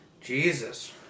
Jesus